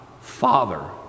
Father